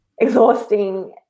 exhausting